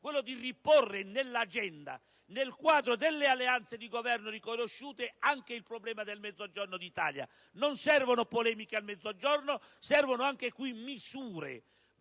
quello di riproporre nell'agenda, nel quadro delle alleanze di governo riconosciute, anche il problema del Mezzogiorno d'Italia. Non servono polemiche al Mezzogiorno, servono, anche qui, misure